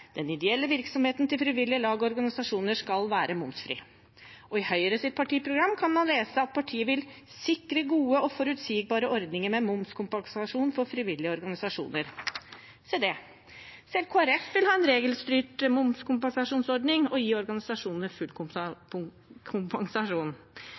ideelle virksomheten til frivillige lag og organisasjoner skal være momsfri.» I Høyres partiprogram kan man lese at partiet vil «sikre gode og forutsigbare ordninger med momskompensasjon for frivillige organisasjoner». Se det! Selv Kristelig Folkeparti vil ha en regelstyrt momskompensasjonsordning og gi organisasjonene full